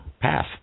path